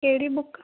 ਕਿਹੜੀ ਬੁੱਕ